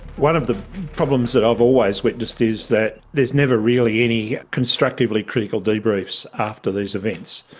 one of the problems that i've always witnessed is that there is never really any constructively critical debriefs after these events.